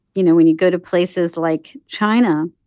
you know, when you go to places like china,